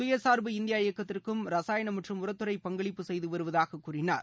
சுயசார்பு இந்தியா இயக்கத்திற்கும் ரசாயனம் மற்றும் உரத்துறை பங்களிப்பு செய்து வருவதாக கூறினார்